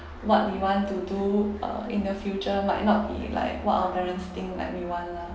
what we want to do uh in the future might not be like what our parents think like we want lah